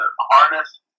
harness